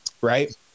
right